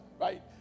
right